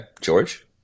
George